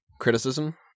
criticism